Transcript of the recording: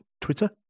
twitter